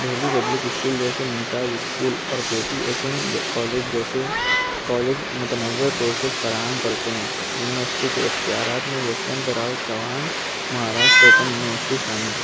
Delhi public school جیسے ممتاز school اور K T H M college جیسے کالج متنوع کورسز فراہم کرتے ہیں یونیورسٹی کے اختیارات میں یشونت راؤ چوہان مہاراشٹر اوپن یونیورسٹی شامل ہے